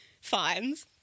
fines